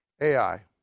Ai